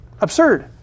absurd